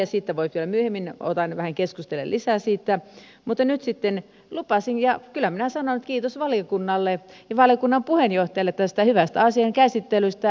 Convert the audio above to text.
voi olla että vielä myöhemmin vähän keskustelen lisää siitä mutta nyt sitten kun lupasin niin kyllä minä sanon että kiitos valiokunnalle ja valiokunnan puheenjohtajalle tästä hyvästä asian käsittelystä